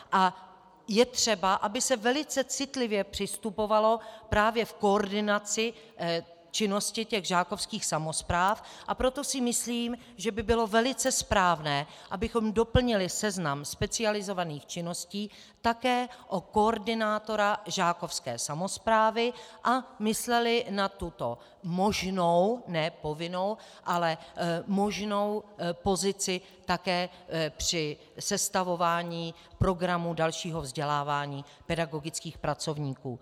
A je třeba, aby se velice citlivě přistupovalo právě v koordinaci činnosti žákovských samospráv, a proto si myslím, že by bylo velice správné, abychom doplnili seznam specializovaných činností také o koordinátora žákovské samosprávy a mysleli na tuto možnou, ne povinnou, ale možnou pozici také při sestavování programu dalšího vzdělávání pedagogických pracovníků.